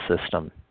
system